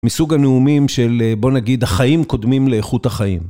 מסוג הנאומים של בוא נגיד החיים קודמים לאיכות החיים.